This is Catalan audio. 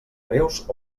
greus